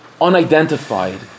unidentified